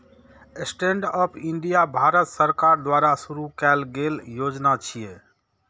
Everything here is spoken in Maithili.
स्टैंडअप इंडिया भारत सरकार द्वारा शुरू कैल गेल योजना छियै